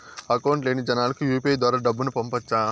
Account లేని జనాలకు UPI ద్వారా డబ్బును పంపొచ్చా?